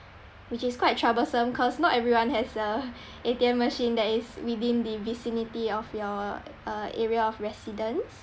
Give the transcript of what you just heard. which is quite troublesome because not everyone has a A_T_M machine that is within the vicinity of your uh area of residence